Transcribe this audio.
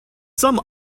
some